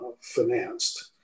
financed